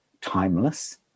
timeless